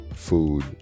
Food